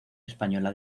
española